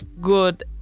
good